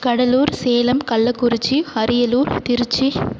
Cuddalore Salem Kallakurichi Ariyalur Trichy